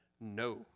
No